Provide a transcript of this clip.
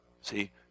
See